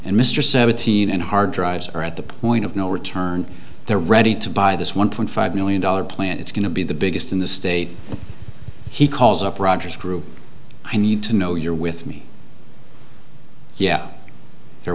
and mr seventeen and hard drives are at the point of no return they're ready to buy this one point five million dollars plant it's going to be the biggest in the state he calls up rogers group i need to know you're with me yeah they're